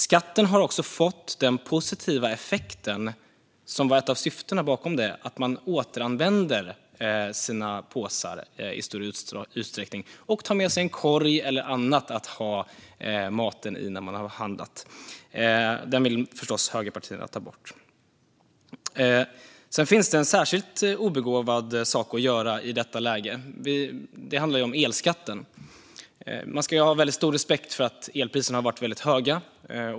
Skatten har också fått den positiva effekten, vilket var ett av syftena med den, att man återanvänder sina påsar i större utsträckning och tar med sig en korg eller annat att ha maten i när man har handlat. Den skatten vill förstås högerpartierna ta bort. Sedan finns det en särskilt obegåvad sak att göra i detta läge, och det handlar om elskatten. Man ska ha väldigt stor respekt för att elpriserna har varit väldigt höga.